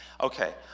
Okay